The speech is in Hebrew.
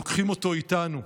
לוקחים אותו איתנו.